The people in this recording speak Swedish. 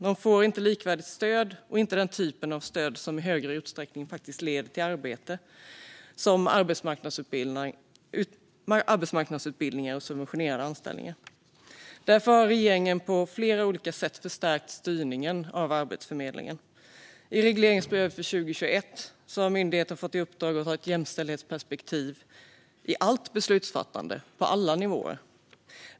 De får inte likvärdigt stöd och inte den typ av stöd som i större utsträckning faktiskt leder till arbete, som arbetsmarknadsutbildningar och subventionerade anställningar. Därför har regeringen på flera olika sätt förstärkt styrningen av Arbetsförmedlingen. I regleringsbrevet för 2021 har myndigheten fått i uppdrag att ha ett jämställdhetsperspektiv i allt beslutsfattande på alla nivåer.